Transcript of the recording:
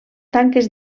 tanques